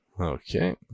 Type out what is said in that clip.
Okay